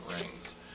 rings